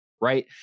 Right